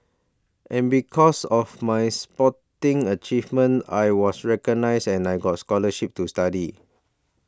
and because of my sporting achievements I was recognised and I got scholarships to study